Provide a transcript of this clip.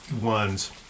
ones